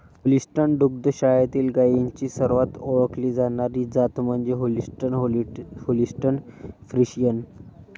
Holstein दुग्ध शाळेतील गायींची सर्वात ओळखली जाणारी जात म्हणजे होल्स्टीन होल्स्टीन फ्रिशियन